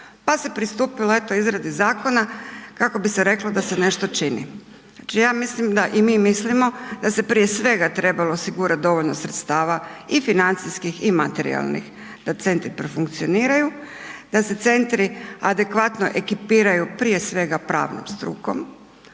pa se pristupilo eto izradi zakona kako bi se reklo da se nešto čini. Ja mislim i mi mislimo da se prije svega trebalo osigurati dovoljno sredstava i financijskih i materijalnih da centri profunkcioniraju, da se centri adekvatno ekipiraju prije svega pravnom strukom,